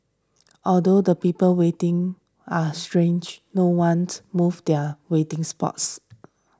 although the people waiting are stretched no once moved their waiting spots